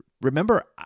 Remember